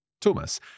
Thomas